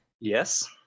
Yes